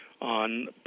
on